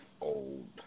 old